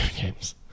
games